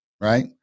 right